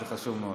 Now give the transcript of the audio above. חשוב מאוד.